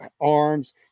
arms